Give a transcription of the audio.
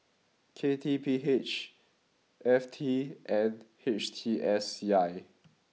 K T P H F T and H T S C I